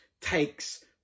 takes